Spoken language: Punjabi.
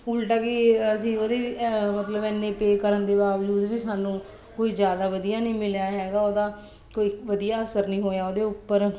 ਉਲਟਾ ਕੀ ਅਸੀਂ ਉਹਦੀ ਮਤਲਬ ਇੰਨੇ ਪੇਅ ਕਰਨ ਦੇ ਬਾਵਜੂਦ ਵੀ ਸਾਨੂੰ ਕੋਈ ਜ਼ਿਆਦਾ ਵਧੀਆ ਨਹੀਂ ਮਿਲਿਆ ਹੈਗਾ ਉਹਦਾ ਕੋਈ ਵਧੀਆ ਅਸਰ ਨਹੀਂ ਹੋਇਆ ਉਹਦੇ ਉੱਪਰ